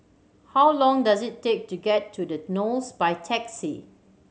how long does it take to get to The Knolls by taxi